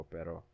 Pero